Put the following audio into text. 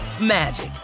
magic